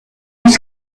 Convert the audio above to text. pense